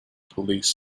police